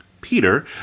Peter